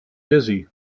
dizzy